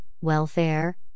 welfare